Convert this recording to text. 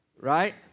Right